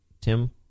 Tim